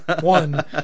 One